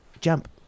Jump